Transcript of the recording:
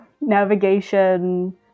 navigation